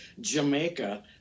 Jamaica